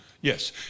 Yes